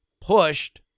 pushed